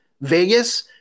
Vegas